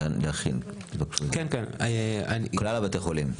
להכין על כלל בתי החולים.